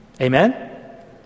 Amen